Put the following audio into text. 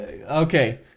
Okay